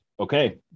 okay